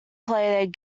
play